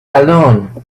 alone